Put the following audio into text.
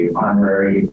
honorary